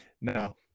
No